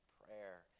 prayer